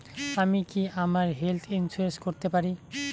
আমি কি আমার হেলথ ইন্সুরেন্স করতে পারি?